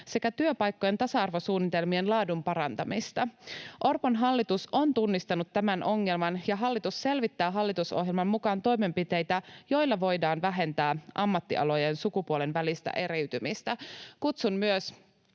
sekä työpaikkojen tasa-arvosuunnitelmien laadun parantamista. Orpon hallitus on tunnistanut tämän ongelman, ja hallitus selvittää hallitusohjelman mukaan toimenpiteitä, joilla voidaan vähentää ammattialojen sukupuoltenvälistä eriytymistä. Kutsun myös